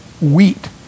wheat